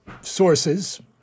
sources